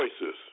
choices